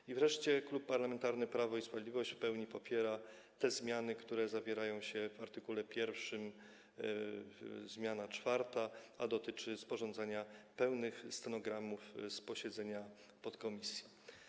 I wreszcie Klub Parlamentarny Prawo i Sprawiedliwość w pełni popiera te zmiany, które zawierają się w art. 1 zmianie czwartej, dotyczące sporządzania pełnych stenogramów z posiedzenia podkomisji.